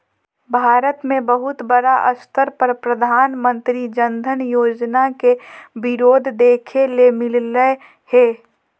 भारत मे बहुत बड़ा स्तर पर प्रधानमंत्री जन धन योजना के विरोध देखे ले मिललय हें